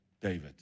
David